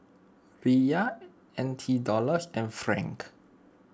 Riyal N T Dollars and Franc